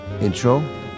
intro